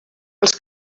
els